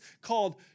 called